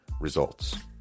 Results